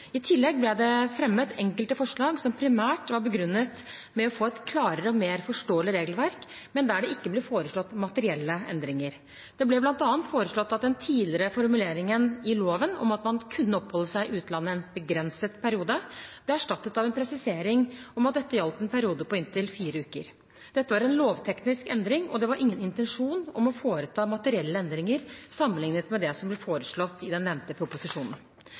I tillegg ble det fremmet enkelte forslag som primært var begrunnet med å få et klarere og mer forståelig regelverk, men der det ikke ble foreslått materielle endringer. Det ble bl.a. foreslått at den tidligere formuleringen i loven om at man kunne oppholde seg i utlandet i en begrenset periode, ble erstattet av en presisering om at dette gjaldt en periode på inntil fire uker. Dette var en lovteknisk endring, og det var ingen intensjon om å foreta materielle endringer sammenlignet med det som ble foreslått i den nevnte proposisjonen.